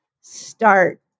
start